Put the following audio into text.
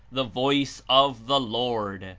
the voice of the lord,